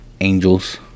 Angels